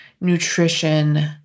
nutrition